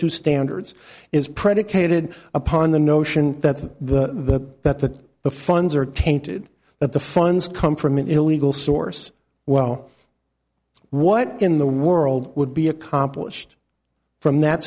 two standards is predicated upon the notion that the that the the funds are tainted that the funds come from an illegal source well what in the world would be accomplished from that